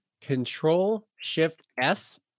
Control-Shift-S